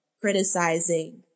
criticizing